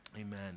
Amen